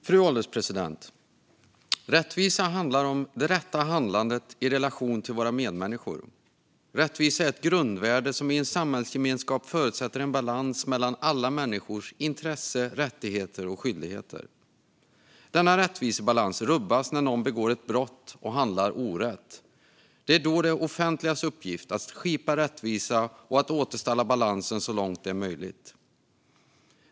Fru ålderspresident! Rättvisa handlar om det rätta handlandet i relation till våra medmänniskor. Rättvisa är ett grundvärde, som i en samhällsgemenskap förutsätter en balans mellan alla människors intressen, rättigheter och skyldigheter. Denna rättvisebalans rubbas när någon begår ett brott och handlar orätt. Det är då det offentligas uppgift att skipa rättvisa och att återställa balansen så långt det är möjligt.